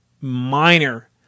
minor